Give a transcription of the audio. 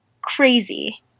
crazy